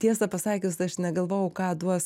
tiesą pasakius aš negalvojau ką duos